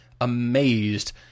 amazed